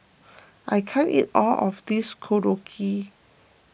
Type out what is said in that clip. I can't eat all of this Korokke